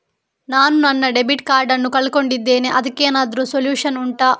ನಾನು ನನ್ನ debit card ನ್ನು ಕಳ್ಕೊಂಡಿದ್ದೇನೆ ಅದಕ್ಕೇನಾದ್ರೂ ಸೊಲ್ಯೂಷನ್ ಉಂಟಾ